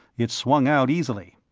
it swung out easily.